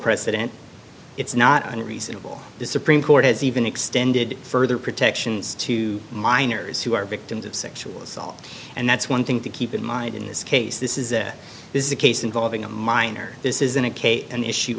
precedent it's not unreasonable the supreme court has even extended further protections to minors who are victims of sexual assault and that's one thing to keep in mind in this case this is a this is a case involving a minor this isn't a case an issue